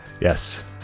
Yes